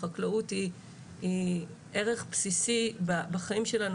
וחקלאות היא ערך בסיסי בחיים שלנו.